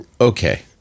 okay